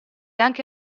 anche